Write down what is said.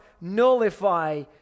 nullify